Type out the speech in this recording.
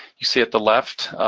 you see at the left,